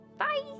Bye